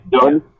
done